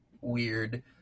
weird